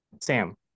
Sam